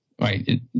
right